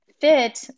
fit